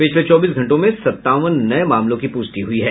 पिछले चौबीस घंटों में संतावन नये मामलों की पुष्टि हुई है